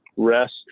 rest